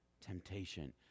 temptation